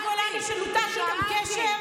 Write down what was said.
במקום